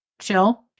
chill